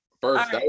First